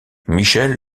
michel